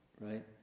right